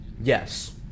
yes